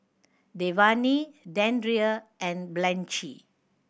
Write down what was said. Dewayne Deandre and Blanchie